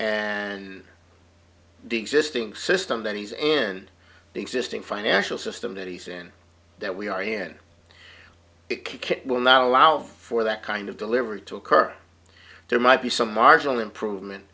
and the existing system that he's and the existing financial system that he's in that we are in it kick will not allow for that kind of delivery to occur there might be some marginal improvement